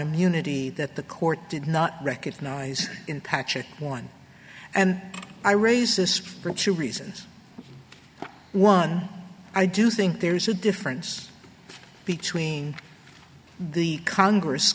immunity that the court did not recognize in pacha one and i raise this for two reasons one i do think there's a difference between the congress